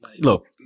look